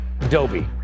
Adobe